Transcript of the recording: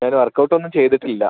ഞാൻ വർക്ക്ഔട്ട് ഒന്നും ചെയ്തിട്ടില്ല